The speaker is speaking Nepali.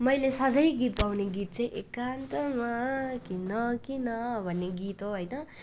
मैले सधैँ गीत गाउने गीत चाहिँ भन्ने गीत हो होइन